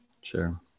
Sure